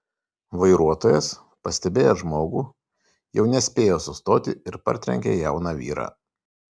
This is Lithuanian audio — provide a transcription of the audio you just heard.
vairuotojas pastebėjęs žmogų jau nespėjo sustoti ir partrenkė jauną vyrą